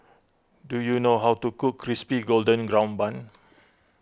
do you know how to cook Crispy Golden Brown Bun